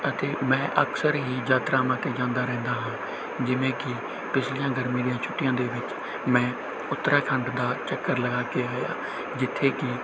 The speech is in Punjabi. ਅਤੇ ਮੈਂ ਅਕਸਰ ਹੀ ਯਾਤਰਾਵਾਂ 'ਤੇ ਜਾਂਦਾ ਰਹਿੰਦਾ ਹਾਂ ਜਿਵੇਂ ਕਿ ਪਿਛਲੀਆਂ ਗਰਮੀ ਦੀਆਂ ਛੁੱਟੀਆਂ ਦੇ ਵਿੱਚ ਮੈਂ ਉੱਤਰਾਖੰਡ ਦਾ ਚੱਕਰ ਲਗਾ ਕੇ ਆਇਆ ਜਿੱਥੇ ਕਿ